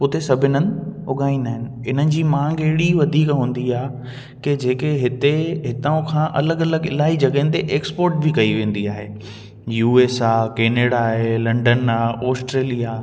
उते सभिनि हंधु उगाईंदा आहिनि इन्हनि जी मांग अहिड़ी वधीक हूंदी आहे की जेके हिते हितां खां इलाही जॻहियुनि ते एक्सपोर्ट बि कई वेंदी आहे यू एस आहे केनेडा आहे लंडन आहे ऑस्ट्रेलिया